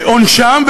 עונשם,